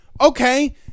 Okay